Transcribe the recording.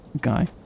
guy